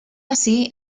así